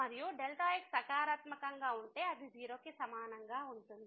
మరియు xసకారాత్మకంగా ఉంటే అది 0 కు సమానంగా ఉంటుంది